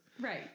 Right